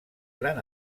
gran